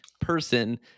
person